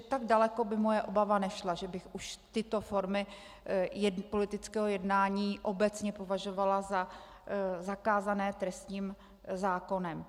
Tak daleko by moje obava nešla, že bych už tyto formy politického jednání obecně považovala za zakázané trestním zákonem.